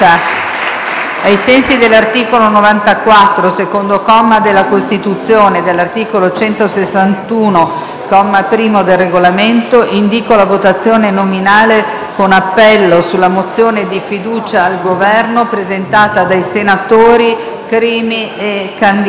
Ai sensi dell'articolo 94, secondo comma, della Costituzione e dell'articolo 161, primo comma, del Regolamento, indìco la votazione nominale con appello sulla mozione di fiducia al Governo n. 14, presentata dai senatori Crimi e Candiani.